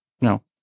no